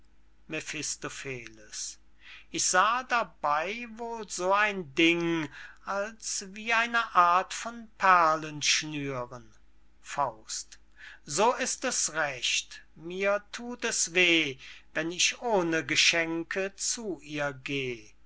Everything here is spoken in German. mephistopheles ich sah dabey wohl so ein ding als wie eine art von perlenschnüren so ist es recht mir thut es weh wenn ich ohne geschenke zu ihr geh